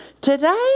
today